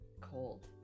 Cold